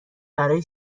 برای